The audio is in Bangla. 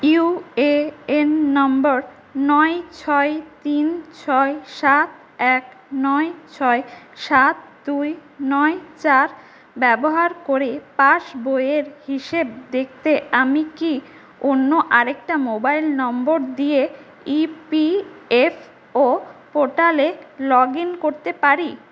ইউএএন নম্বর নয় ছয় তিন ছয় সাত এক নয় ছয় সাত দুই নয় চার ব্যবহার করে পাস বইয়ের হিসেব দেখতে আমি কি অন্য আরেকটা মোবাইল নম্বর দিয়ে ইপিএফও পোর্টালে লগ ইন করতে পারি